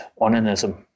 onanism